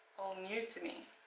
new to me